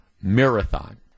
Marathon